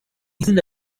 izina